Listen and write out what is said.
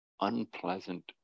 unpleasant